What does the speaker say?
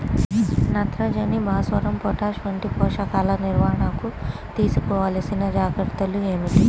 నత్రజని, భాస్వరం, పొటాష్ వంటి పోషకాల నిర్వహణకు తీసుకోవలసిన జాగ్రత్తలు ఏమిటీ?